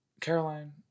Caroline